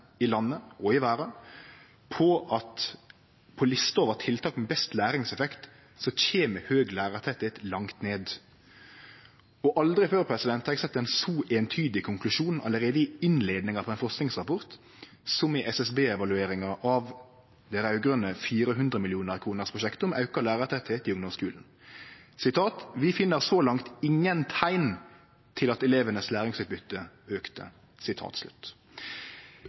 i landet og i verda på at på lista over tiltak med best læringseffekt kjem høg lærartettleik langt ned. Og aldri før har eg sett ein så eintydig konklusjon allereie i innleiinga på ein forskingsrapport som i SSB-evalueringa av dei raud-grøne sitt prosjekt til 400 mill. kr om auka lærartettlek i ungdomsskulen: «vi finner så langt ingen tegn til at elevenes læringsutbytte økte.»